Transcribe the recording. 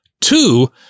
Two